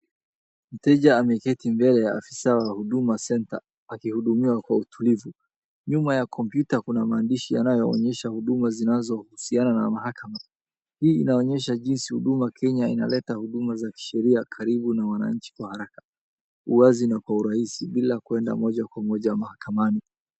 Mteja ameketi mbele ya afisa wa huduma centre akihudumiwa kwa utulivu. Nyuma ya kompyuta kuna maandishi yanayoonisha huduma zinazohusiana na mahakama. Hii inaonesha jinsi huduma Kenya inaleta huduma za kisheria karibu na wananchi kwa haraka, uwazi na kwa urahisi ila kwenda moja kwa moja mahakamani.